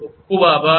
ખુબ ખુબ આભાર